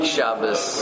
Shabbos